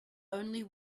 only